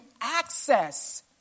access